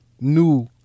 new